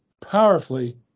powerfully